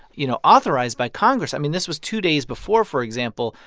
you know, authorized by congress. i mean, this was two days before, for example,